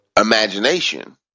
imagination